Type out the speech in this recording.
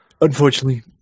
Unfortunately